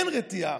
אין רתיעה.